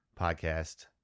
podcast